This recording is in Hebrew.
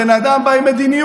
הבן אדם בא עם מדיניות